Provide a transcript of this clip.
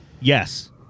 Yes